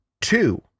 two